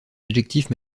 adjectifs